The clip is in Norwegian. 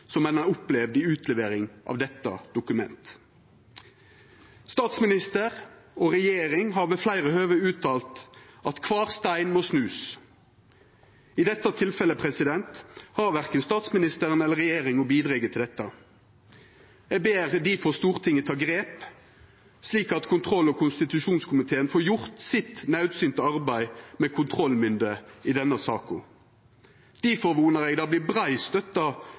som ein har opplevd når det gjeld utlevering av dette dokumentet. Statsministeren og regjeringa har ved fleire høve uttalt at ein må snu kvar stein. I dette tilfellet har verken statsministeren eller regjeringa bidrege til det. Eg ber difor Stortinget ta grep, slik at kontroll- og konstitusjonskomiteen får gjort sitt naudsynte arbeid med kontrollmynde i denne saka. Difor vonar eg det vert brei